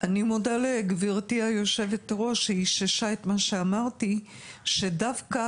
אני מודה לגברתי יושבת הראש שאיששה את מה שאמרתי: שדווקא